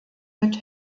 mit